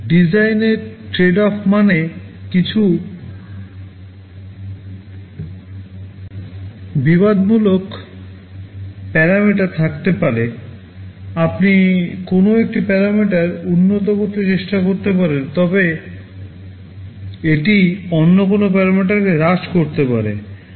design trade off মানে কিছু পরস্পরবিরোধী parameter থাকতে পারে আপনি কোনও একটি parameter উন্নত করতে চেষ্টা করতে পারেন তবে এটি অন্য কোনও parameterকে হ্রাস করতে পারে